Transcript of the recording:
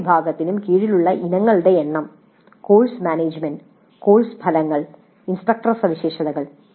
ഓരോ വിഭാഗത്തിനും കീഴിലുള്ള ഇനങ്ങളുടെ എണ്ണം കോഴ്സ് മാനേജുമെന്റ് കോഴ്സ് ഫലങ്ങൾ ഇൻസ്ട്രക്ടർ സവിശേഷതകൾ